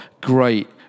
great